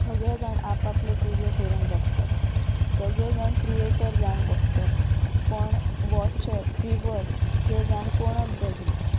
सगळे जाण आपआपले विडियो करूंक बगतात सगळे जाण क्रियेटर जावंक बगतत पण वॉचर विवर हे जावं कोणत बगनत